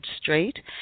straight